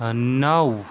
نَو